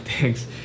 thanks